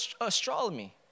astronomy